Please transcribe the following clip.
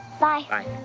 bye